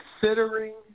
Considering